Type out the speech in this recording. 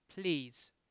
Please